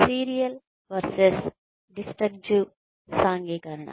serial versus disjunctive సాంఘికీకరణ